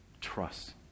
Trust